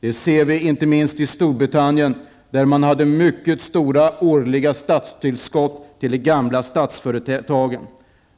Det ser vi inte minst i Storbritannien där man gjorde mycket stora årliga statliga tillskott till de gamla statsföretagen.